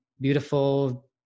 beautiful